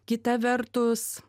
kita vertus